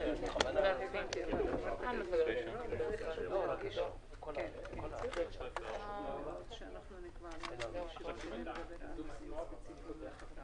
ננעלה בשעה 12:10.